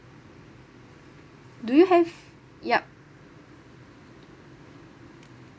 do you have yup